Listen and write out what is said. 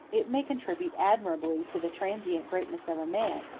it may contribute admirably to the transient greatness of a man,